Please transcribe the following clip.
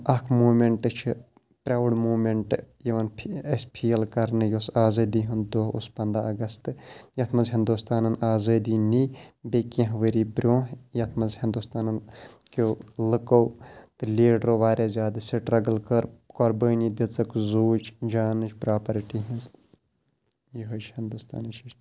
اَکھ موٗمیٚنٛٹ چھِ proud moment یِوَان اَسہِ فیٖل کَرنہٕ یُس آزٲدی ہُنٛد دۄہ اوس پنٛداہ اَگست یَتھ منٛز ہِنٛدُستانَن آزٲدی نی بیٚیہِ کینٛہہ ؤری برٛونٛہہ یَتھ منٛز ہِنٛدُستان کیٚو لٕکو تہٕ لیٖڈرو واریاہ زیادٕ سٹرٛگٕل کٔر قۄربٲنی دِژٕکھ زوٗچ جانٕچ پرٛاپَرٹی ہِنٛز یِہوے چھِ ہِنٛدوستانٕچ ہِشٹری